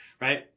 right